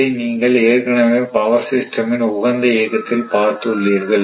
இதை நீங்கள் ஏற்கனவே பவர் சிஸ்டம் இன் உகந்த இயக்கத்தில் பார்த்துள்ளீர்கள்